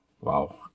Wow